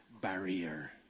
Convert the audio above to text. barrier